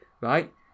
right